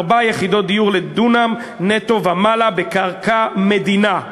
ארבע יחידות דיור לדונם נטו ומעלה בקרקע מדינה.